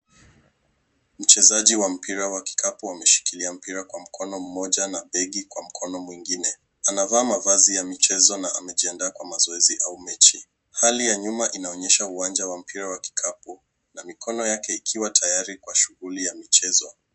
Mchezaji wa mpira wa kikapu ameshikilia mpira kwa mkono moja na begi kwa mkono mwingine. Anavaa mavazi ya michezo na amejiandaa kwa mazoezi au mechi. Hali ya nyuma inaonyesha uwanja wa mpira wa kikapu na mikono yake ikiwa tayari kwa shughuli ya michezo.